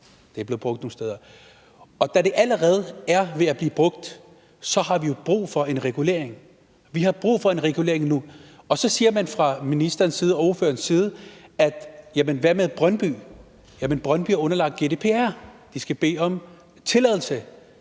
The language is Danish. forvejen blev brugt nogle steder, og da det allerede er taget i brug, har vi jo brug for en regulering. Vi har brug for en regulering nu. Og så siger man fra ordførerens side: Jamen hvad med Brøndby? Jamen Brøndby er underlagt GDPR. De skal bede om tilladelse,